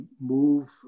move